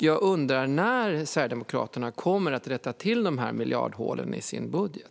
Jag undrar när Sverigedemokraterna kommer att rätta till dessa miljardhål i sin budget.